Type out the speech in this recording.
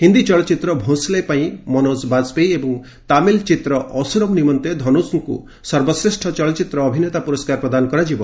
ହିନ୍ଦୀ ଚଳଚ୍ଚିତ୍ର 'ଭୋଁସ୍ଲେ' ପାଇଁ ମନୋଜ ବାଜପେୟୀ ଏବଂ ତାମିଲ ଚିତ୍ର 'ଅସୁରମ୍' ନିମନ୍ତେ ଧନୁଷ୍ଙ୍କୁ ସର୍ବଶ୍ରେଷ୍ଠ ଚଳଚ୍ଚିତ୍ର ଅଭିନେତା ପୁରସ୍କାର ପ୍ରଦାନ କରାଯିବ